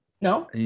No